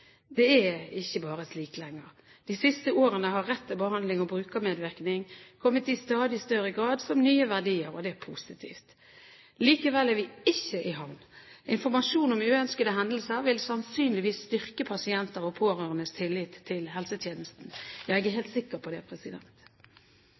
Det er ikke bare slik lenger. De siste årene har rett til behandling og brukermedvirkning kommet i stadig større grad som nye verdier. Det er positivt. Likevel er vi ikke i havn. Informasjon om uønskede hendelser vil sannsynligvis styrke pasienters og pårørendes tillit til helsetjenesten – ja, jeg er